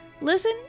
Listen